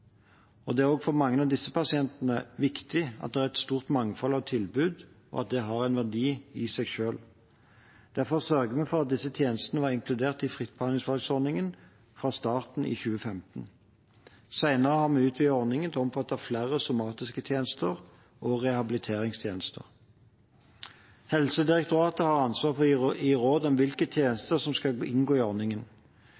Det er også for mange av disse pasientene viktig at det er et stort mangfold av tilbud, at det har en verdi i seg selv. Derfor sørget vi for at disse tjenestene var inkludert i fritt behandlingsvalg-ordningen fra starten, i 2015. Senere har vi utvidet ordningen til å omfatte flere somatiske tjenester og rehabiliteringstjenester. Helsedirektoratet har ansvar for å gi råd om hvilke